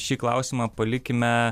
šį klausimą palikime